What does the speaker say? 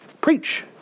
preach